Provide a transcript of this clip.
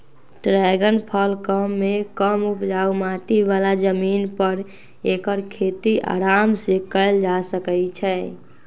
dragon फल कम मेघ कम उपजाऊ माटी बला जमीन पर ऐकर खेती अराम सेकएल जा सकै छइ